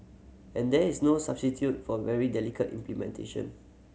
and there is no substitute for very dedicated implementation